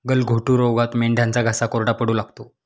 गलघोटू रोगात मेंढ्यांचा घसा कोरडा पडू लागतो